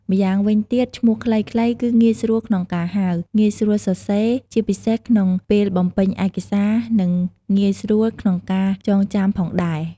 ម្យ៉ាងវិញទៀត ឈ្មោះខ្លីៗគឺងាយស្រួលក្នុងការហៅ ងាយស្រួលសរសេរ ជាពិសេសក្នុងពេលបំពេញឯកសារ និងងាយស្រួលក្នុងការចងចាំផងដែរ។